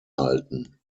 halten